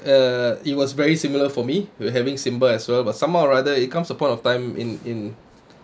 uh it was very similar for me we were having simba as well but somehow or other it comes a point of time in in